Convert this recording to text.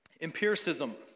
empiricism